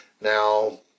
Now